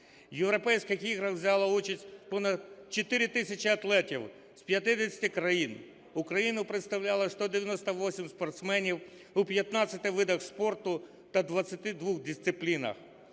Європейських іграх взяли участь понад 4 тисячі атлетів з 50 країн, Україну представляли 198 спортсменів у 15 видах спорту та 22 дисциплінах.